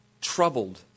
troubled